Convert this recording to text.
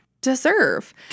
deserve